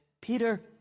Peter